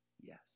yes